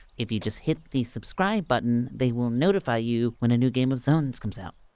if you just hit the subscribe button. they will notify you when a new game of zones comes out